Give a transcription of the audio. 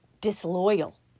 disloyal